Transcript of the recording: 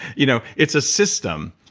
you know it's a system,